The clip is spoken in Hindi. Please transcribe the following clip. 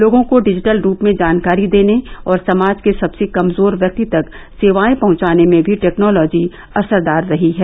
लोगों को डिजिटल रूप में जानकारी देने और समाज के सबसे कमजोर व्यक्ति तक सेवाए पहचाने में भी टैक्नोलोजी असरदार रही है